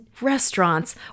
restaurants